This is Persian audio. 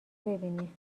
ببینی